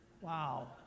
Wow